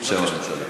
בשם הממשלה.